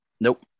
Nope